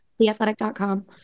Theathletic.com